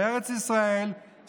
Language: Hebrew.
בארץ ישראל,